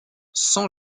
sans